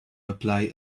apply